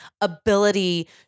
ability